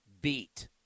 beat